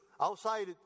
outside